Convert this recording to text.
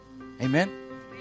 Amen